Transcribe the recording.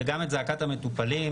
וגם את זעקתה המטופלים,